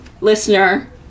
listener